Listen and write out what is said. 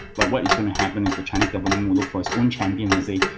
but what is going to happen is the chinese government will look for its own champions and say,